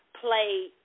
play